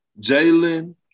Jalen